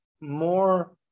more